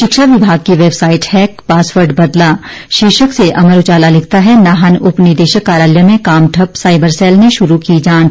शिक्षा विभाग की वेबसाईट हैक पासवर्ड बदला शीर्षक से अमर उजाला लिखता है नाहन उप निदेशक कार्यालय में काम ठप्प साइबर सैल ने शुरू की जांच